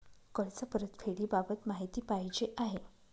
कर्ज परतफेडीबाबत माहिती पाहिजे आहे